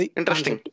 interesting